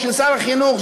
או של שר החינוך,